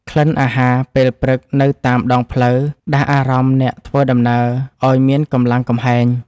ក្លិនអាហារពេលព្រឹកនៅតាមដងផ្លូវ ដាស់អារម្មណ៍អ្នកធ្វើដំណើរឱ្យមានកម្លាំងកំហែង។